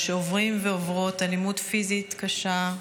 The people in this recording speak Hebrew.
שעוברים ועוברות אלימות פיזית קשה,